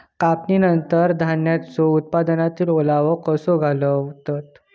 कापणीनंतर धान्यांचो उत्पादनातील ओलावो कसो घालवतत?